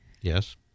Yes